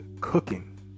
cooking